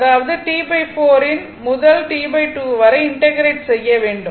அதாவது T 4 முதல் T 2 வரை இன்டெக்ரேட் செய்ய வேண்டும்